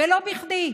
ולא בכדי.